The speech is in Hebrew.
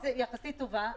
יחסית טובה.